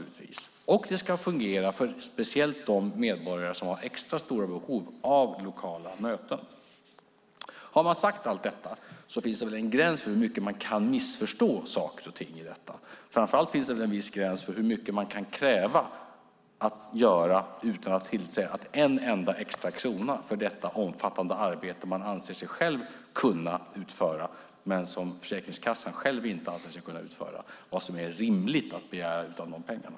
Det ska också fungera speciellt för de medborgare som har extra stora behov av lokala möten. Har man sagt allt detta finns det väl en gräns för hur mycket man kan missförstå saker och ting i detta. Framför allt finns det väl en viss gräns för hur mycket man kan kräva utan att tillse att det finns en enda extra krona för detta omfattande arbete som man själv anser sig kunna utföra men som Försäkringskassan inte anser sig kunna utföra, alltså vad som är rimligt att begära utan dessa pengar.